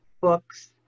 books